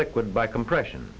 liquid by compression